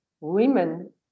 women